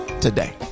today